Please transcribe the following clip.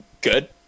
good